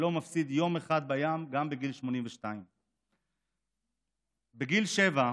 שלא מפסיד יום אחד בים גם בגיל 82. בגיל שבע,